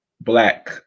black